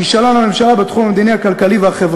כישלון הממשלה בתחום המדיני והכלכלי-חברתי.